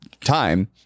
time